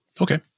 Okay